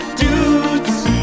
dudes